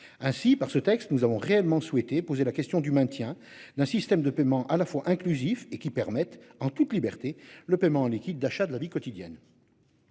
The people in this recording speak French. ainsi par ce texte nous avons réellement souhaité poser la question du maintien d'un système de paiement à la fois inclusifs et qui permettent en toute liberté le paiement en liquide d'achat de la vie quotidienne.